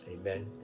Amen